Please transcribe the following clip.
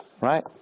right